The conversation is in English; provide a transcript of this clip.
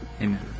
Amen